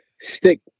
stick